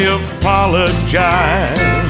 apologize